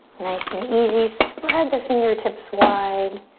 nice and easy, spread the fingertips wide.